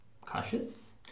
cautious